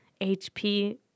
HP